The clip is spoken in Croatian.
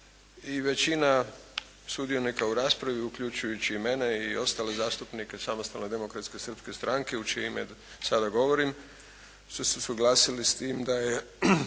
I većina sudionika u raspravi uključujući i mene i ostale zastupnike Samostalne demokratske srpske stranke u čije ime sada govorim su se suglasili s tim da je